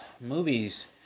movies